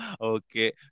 okay